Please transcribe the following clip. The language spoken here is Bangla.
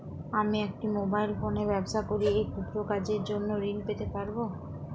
আমি একটি মোবাইল ফোনে ব্যবসা করি এই ক্ষুদ্র কাজের জন্য ঋণ পেতে পারব?